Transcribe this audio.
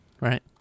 right